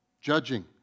Judging